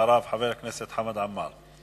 אחריו, חבר הכנסת חמד עמאר.